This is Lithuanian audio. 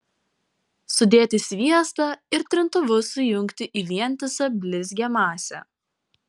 sudėti sviestą ir trintuvu sujungti į vientisą blizgią masę